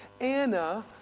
Anna